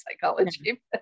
psychology